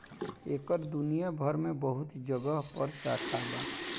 एकर दुनिया भर मे बहुत जगह पर शाखा बा